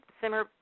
simmer